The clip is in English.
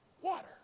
Water